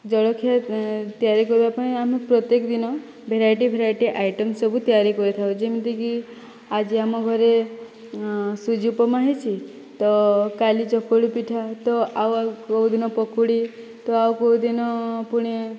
ଜଳଖିଆ ତିଆରି କରିବା ପାଇଁ ଆମେ ପ୍ରତ୍ୟେକ ଦିନ ଭେରାଇଟି ଭେରାଇଟି ଆଇଟମ୍ ସବୁ ତିଆରି କରିଥାଉ ଯେମିତିକି ଆଜି ଆମ ଘରେ ସୁଜି ଉପମା ହୋଇଛି ତ କାଲି ଚକୁଳି ପିଠା ତ ଆଉ ଆଉ କେଉଁ ଦିନ ପକୁଡ଼ି ତ ଆଉ କେଉଁ ଦିନ ପୁଣି